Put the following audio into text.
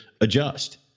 adjust